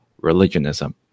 religionism